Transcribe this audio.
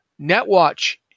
NetWatch